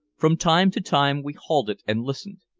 from time to time we halted and listened.